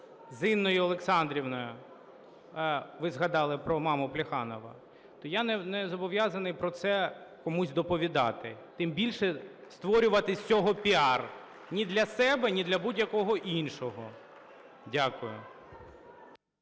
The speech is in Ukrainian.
з Інною Олександрівною – ви згадали про маму Плеханова, то я не зобов'язаний про це комусь доповідати. Тим більше, створювати з цього піар ні для себе, ні для будь-кого іншого. Дякую.